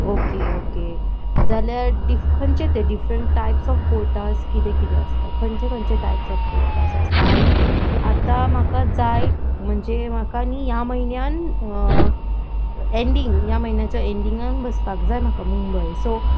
okay okay जाल्यार diff खंयचे ते डिफरंट टायप्स ऑफ कोर्टास किदें किदें आसता खंयचे खंयचे टायप्स ऑफ कोर्टास आसता आनी आतां म्हाका जाय म्हणजे म्हाका न्ही ह्या म्हयन्यान एंडींग ह्या म्हयन्याच्या एंडिंगान बसपाक जाय म्हाका मुंबय सो